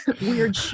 weird